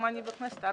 מתי זה היה?